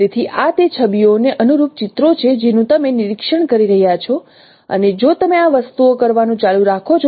તેથી આ તે છબીઓને અનુરૂપ ચિત્રો છે જેનું તમે નિરીક્ષણ કરી રહ્યાં છો અને જો તમે આ વસ્તુઓ કરવાનું ચાલુ રાખો છો